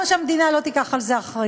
למה שהמדינה לא תיקח על זה אחריות?